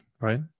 right